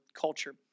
culture